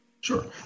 Sure